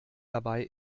dabei